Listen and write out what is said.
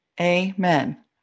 Amen